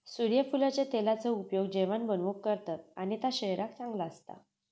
सुर्यफुलाच्या तेलाचा उपयोग जेवाण बनवूक करतत आणि ता शरीराक चांगला असता